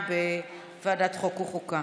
לקריאה ראשונה בוועדת החוקה, חוק ומשפט.